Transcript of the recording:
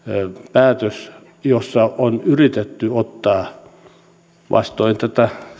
päätös jossa on yritetty vastoin tätä